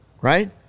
Right